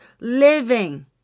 living